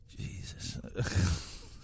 Jesus